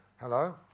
Hello